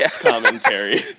commentary